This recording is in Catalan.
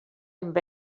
amb